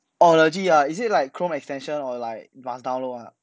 oh legit ah is it like chrome extension or like must download lah